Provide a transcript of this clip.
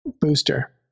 booster